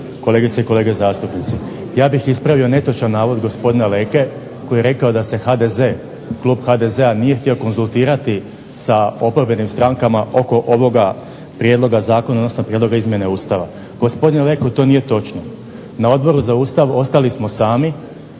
kolegice i kolege zastupnici. Ja bih ispravio netočan navod gospodina Leke koji je rekao da se HDZ, klub HDZ-a nije htio konzultirati sa oporbenim strankama oko ovoga prijedloga zakona, odnosno prijedloga izmjene Ustava. Gospodine Leko to nije točno. Na Odboru za Ustav ostali smo sami,